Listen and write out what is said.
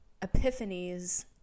epiphanies